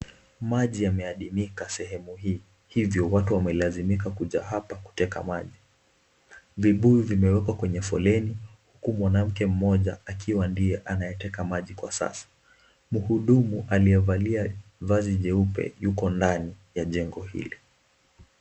Maji yameadimika kwenye sehemu hii hivyo watu wamelazimika kuja hapa kuteka maji. Vibuyu vimewekwa kwenye foleni huku mwanamke mmoja ndiye anayeteka maji kwa sasa. Mhudumu aliyevalia vazi jeupe yupo ndani ya jengo hili.